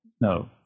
no